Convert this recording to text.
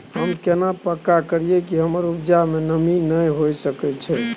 हम केना पक्का करियै कि हमर उपजा में नमी नय होय सके छै?